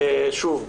שוב,